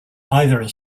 either